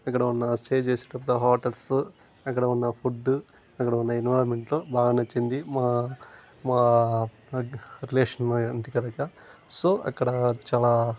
అక్కడ ఉన్న స్టే చేసిన హోటల్స్ అక్కడ ఉన్న ఫుడ్ అక్కడ ఉన్న ఎన్విరాన్మెంట్లో బాగా నచ్చింది మా మా అఖిలేష్ మావయ్య సో అక్కడ చాలా